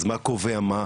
אז מה קובע מה,